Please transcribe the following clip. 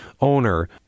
owner